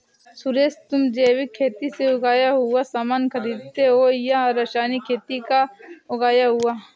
सुरेश, तुम जैविक खेती से उगाया हुआ सामान खरीदते हो या रासायनिक खेती का उगाया हुआ?